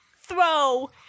throw